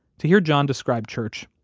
to hear john describe church,